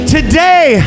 Today